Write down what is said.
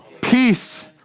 Peace